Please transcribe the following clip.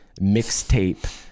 mixtape